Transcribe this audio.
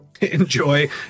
enjoy